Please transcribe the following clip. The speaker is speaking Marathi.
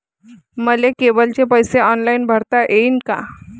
मले केबलचे पैसे ऑनलाईन भरता येईन का?